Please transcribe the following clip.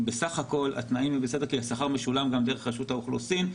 בסך הכול התנאים הם בסדר כי השכר משולם דרך רשות האוכלוסין.